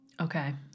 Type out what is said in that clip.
Okay